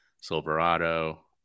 Silverado